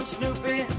Snoopy